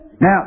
Now